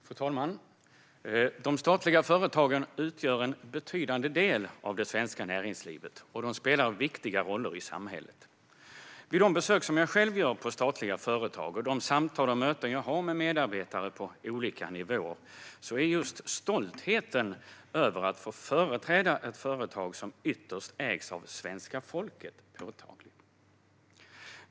Fru talman! De statliga företagen utgör en betydande del av det svenska näringslivet och spelar viktiga roller i samhället. Vid de besök som jag själv gör på statliga företag och vid de samtal och möten jag har med medarbetare på olika nivåer är just stoltheten över att få företräda ett företag som ytterst ägs av svenska folket påtaglig.